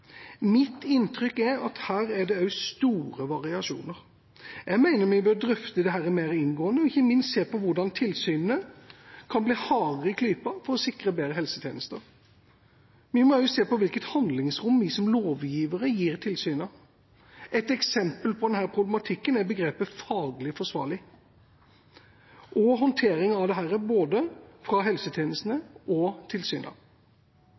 Mitt inntrykk er at her er det også store variasjoner. Jeg mener vi bør drøfte dette mer inngående og ikke minst se på hvordan tilsynene kan bli hardere i klypa for å sikre bedre helsetjenester. Vi må også se på hvilket handlingsrom vi som lovgivere gir tilsynene. Et eksempel på denne problematikken er begrepet «faglig forsvarlig» og håndteringen av dette fra både helsetjenestene og